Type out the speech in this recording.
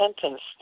sentence